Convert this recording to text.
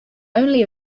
only